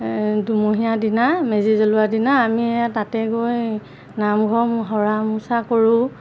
দুমহীয়া দিনা মেজি জ্বলোৱা দিনা আমি তাতে গৈ নামঘৰ সৰা মোচা কৰোঁ